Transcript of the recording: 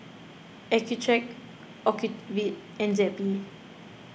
Accucheck Ocuvite and Zappy